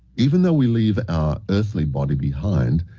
even though we leave our earthly body behind,